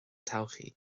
todhchaí